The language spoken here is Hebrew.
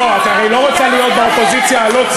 לא, את הרי לא רוצה להיות באופוזיציה הלא-ציונית.